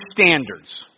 standards